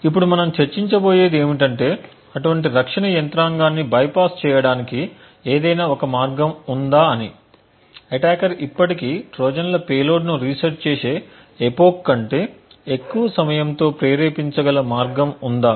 ఇప్పుడు మనం చర్చించబోయేది ఏమిటంటే అటువంటి రక్షణ యంత్రాంగాన్ని బైపాస్ చేయడానికి ఏదైనా ఒక మార్గం ఉందా అని అటాకర్ ఇప్పటికీ ట్రోజన్ల పేలోడ్ను రీసెట్ చేసే ఎపోక్ కంటే ఎక్కువ సమయంతో ప్రేరేపించగల మార్గం ఉందా